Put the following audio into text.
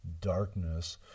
darkness